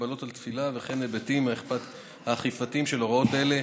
הגבלות על תפילה וכן היבטים אכיפתיים של הוראות אלה,